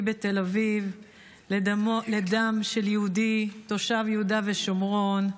בתל אביב לדם של יהודי תושב יהודה ושומרון.